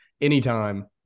Anytime